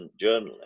journalist